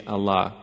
Allah